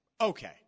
okay